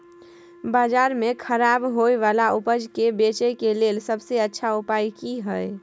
बाजार में खराब होय वाला उपज के बेचय के लेल सबसे अच्छा उपाय की हय?